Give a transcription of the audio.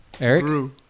Eric